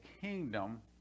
kingdom